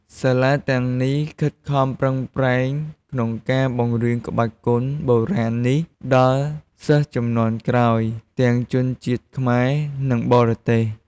សាលាទាំងនេះខិតខំប្រឹងប្រែងក្នុងការបង្រៀនក្បាច់គុនបុរាណនេះដល់សិស្សជំនាន់ក្រោយ ទាំងជនជាតិខ្មែរ និងបរទេស។